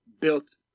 built